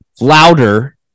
louder